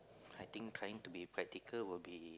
I think trying to be practical will be